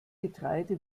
getreide